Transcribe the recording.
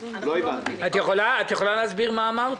את יכולה להסביר את מה שאמרת?